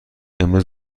امروز